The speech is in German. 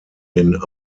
den